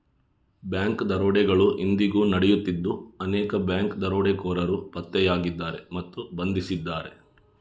bank ದರೋಡೆಗಳು ಇಂದಿಗೂ ನಡೆಯುತ್ತಿದ್ದು ಅನೇಕ ಬ್ಯಾಂಕ್ ದರೋಡೆಕೋರರು ಪತ್ತೆಯಾಗಿದ್ದಾರೆ ಮತ್ತು ಬಂಧಿಸಿದ್ದಾರೆ